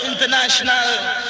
International